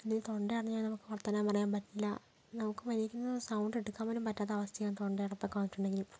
തൊണ്ട അടഞ്ഞുകഴിഞ്ഞാൽ നമുക്ക് വർത്താനം പറയാൻ പറ്റില്ല നമുക്ക് മര്യാദയ്ക്ക് ഒന്ന് സൗണ്ട് എടുക്കാൻ പോലും പറ്റാത്ത അവസ്ഥയാ തൊണ്ടയടപ്പൊക്കെ വന്നിട്ടുണ്ടെങ്കിൽ